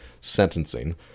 sentencing